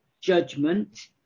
judgment